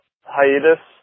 hiatus